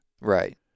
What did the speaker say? Right